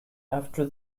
after